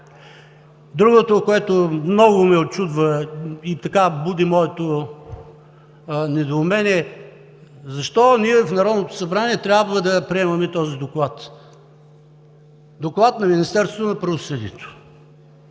Другото, което много ме учудва и буди моето недоумение, е: защо ние в Народното събрание трябва да приемаме този доклад, Доклада на Министерството на правосъдието?